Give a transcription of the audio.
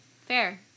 Fair